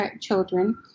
children